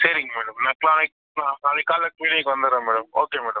சரிங்க மேடம் நான் நாளைக்கு நான் நாளைக்கு காலையில க்ளினிக் வந்துடுறேன் மேடம் ஓகே மேடம்